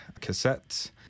cassettes